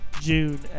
June